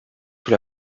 sous